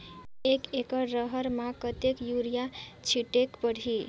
एक एकड रहर म कतेक युरिया छीटेक परही?